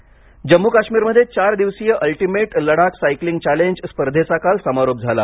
स्पर्धा समारोप जम्मू काश्मीरमध्ये चार दिवसीय अल्टिमेट लडाख सायकलिंग चॅलेंज स्पर्धेचा काल समारोप झाला